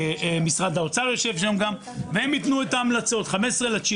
משרד האוצר יושב שם גם והם ייתנו את ההמלצות ב-15.9.